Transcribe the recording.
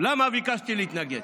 למה ביקשתי להתנגד?